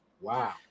Wow